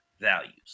values